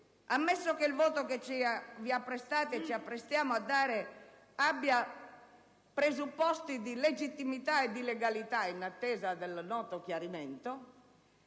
ammesso che il voto che vi apprestate e ci apprestiamo a dare abbia presupposti di legittimità e di legalità, in attesa del noto chiarimento,